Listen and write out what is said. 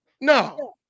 No